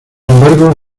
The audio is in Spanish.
embargo